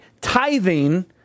tithing